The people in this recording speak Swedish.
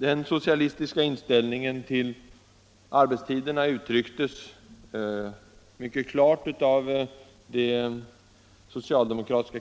Den socialistiska inställningen till arbetstiderna uttrycktes mycket klart av det socialdemokratiska